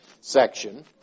section